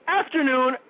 afternoon